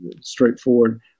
straightforward